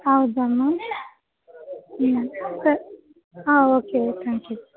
ಹೌದಾ ಮ್ಯಾಮ್ ಹ್ಞೂ ಸ ಹಾಂ ಓಕೆ ಓಕೆ ಥಾಂಕ್ ಯು